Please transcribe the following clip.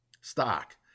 stock